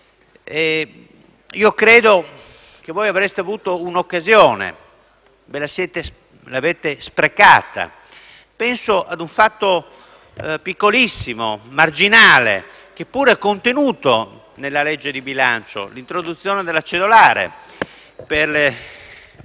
Credo che voi abbiate avuto un'occasione, che avete però sprecato. Penso ad un fatto piccolissimo e marginale, che pure è contenuto nella legge di bilancio: l'introduzione della cedolare secca